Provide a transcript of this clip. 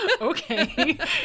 Okay